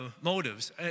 motives